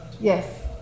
Yes